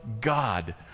God